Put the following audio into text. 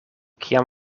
kiam